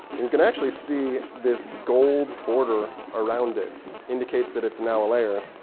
and you can actually see this gold border around it indicates that it's now a layer.